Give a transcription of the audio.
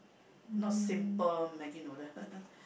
not simple Maggie noodle